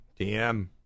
DM